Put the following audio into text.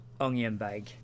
onionbag